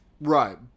Right